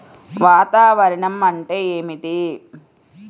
వాతావరణం అంటే ఏమిటి?